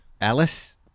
alice